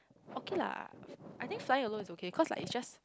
okay lah I think fly alone is okay cause like is just